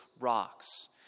rocks